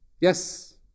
Yes